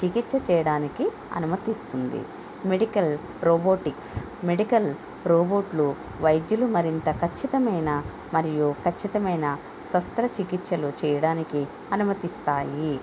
చికిత్స చేయడానికి అనుమతిస్తుంది మెడికల్ రోబోటిక్స్ మెడికల్ రోబోట్లు వైద్యులు మరింత ఖచ్చితమైన మరియు ఖచ్చితమైన శస్త్ర చికిత్సలు చేయడానికి అనుమతిస్తాయి